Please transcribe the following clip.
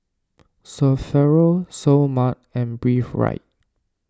Sephora Seoul Mart and Breathe Right